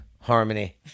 harmony